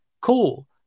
cool